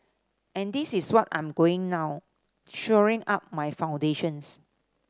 and this is what I'm going now shoring up my foundations